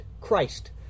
Christ